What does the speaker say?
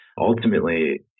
ultimately